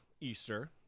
Easter